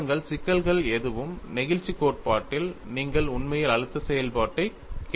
பாருங்கள் சிக்கல்கள் எதுவும் நெகிழ்ச்சி கோட்பாட்டில் நீங்கள் உண்மையில் அழுத்த செயல்பாட்டை கேள்விக்குள்ளாக்குகிறீர்கள்